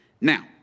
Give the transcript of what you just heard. Now